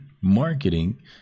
marketing